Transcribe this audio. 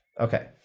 okay